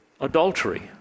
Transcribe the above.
adultery